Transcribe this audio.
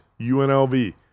UNLV